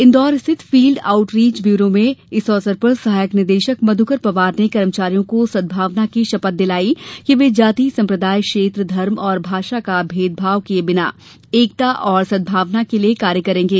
इन्दौर स्थित field outreach bureau में इस अवसर पर सहायक निदेशक मधुकर पवार ने कर्मचारियों को सद्भावना की शपथ दिलाई कि वे जाति संप्रदाय क्षेत्र धर्म और भाषा का भेदभाव किये बिना एकता और सदभावना के लिए कार्य करेंगे